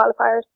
qualifiers